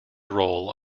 role